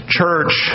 church